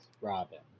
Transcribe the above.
Robin